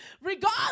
Regardless